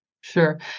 Sure